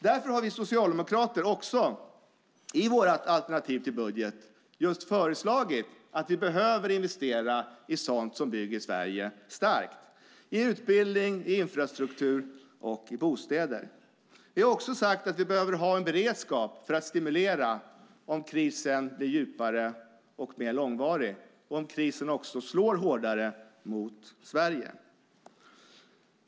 Därför har vi socialdemokrater i vårt alternativ till budget föreslagit just sådana investeringar som vi behöver för att bygga Sverige starkt, i utbildning, i infrastruktur och i bostäder. Vi har också sagt att vi behöver ha en beredskap för att stimulera om krisen blir djupare och mer långvarig, om krisen också slår hårdare mot Sverige.